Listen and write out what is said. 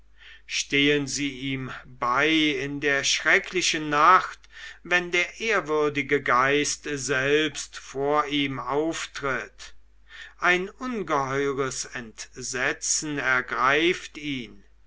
stehen sie ihm bei in der schrecklichen nacht wenn der ehrwürdige geist selbst vor ihm auftritt ein ungeheures entsetzen ergreift ihn